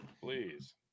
please